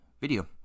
video